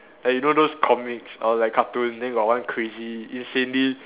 like you know those comics or like cartoon then got one crazy insanely